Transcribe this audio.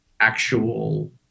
actual